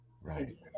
Right